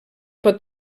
pot